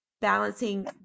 balancing